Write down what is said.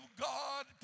God